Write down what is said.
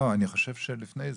לא, אני חושב שלפני זה.